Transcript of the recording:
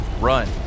Run